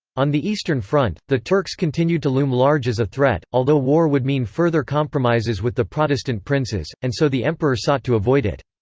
on the eastern front, the turks continued to loom large as a threat, although war would mean further compromises with the protestant princes, and so the emperor sought to avoid it.